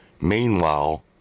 Meanwhile